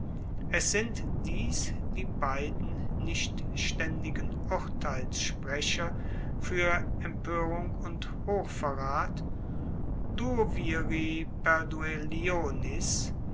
es sind dies die beiden nicht staendigen urteilsprecher fuer empoerung und hochverrat